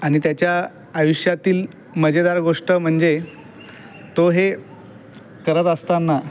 आणि त्याच्या आयुष्यातील मजेदार गोष्ट म्हणजे तो हे करत असताना